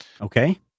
Okay